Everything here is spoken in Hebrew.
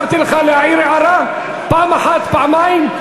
אפשרתי לך להעיר הערה פעם אחת, פעמיים.